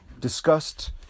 discussed